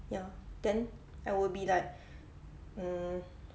ya then I will be like mm